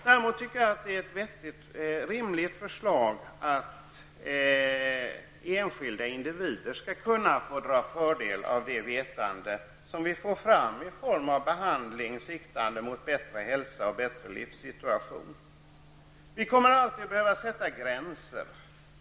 Däremot tycker jag att det är ett rimligt förslag att enskilda individer skall kunna få dra fördel av det vetande som vi får fram i form av behandling siktande mot bättre hälsa och bättre livssituation. Vi kommer alltid att behöva sätta gränser.